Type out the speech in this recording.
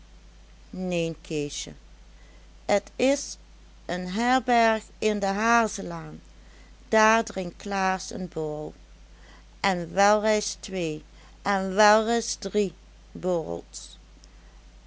neen keesje et is een herberg in de hazelaan daar drinkt klaas en borrel en welreis twee en welreis drie borrels